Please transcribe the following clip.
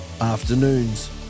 Afternoons